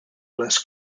less